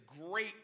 great